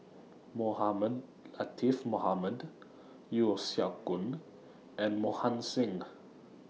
Mohamed Latiff Mohamed Yeo Siak Goon and Mohan Singh